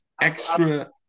extra